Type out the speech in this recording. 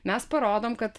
mes parodom kad